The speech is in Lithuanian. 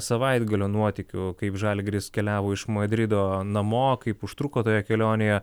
savaitgalio nuotykių kaip žalgiris keliavo iš madrido namo kaip užtruko toje kelionėje